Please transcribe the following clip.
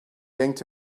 yanked